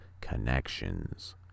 Connections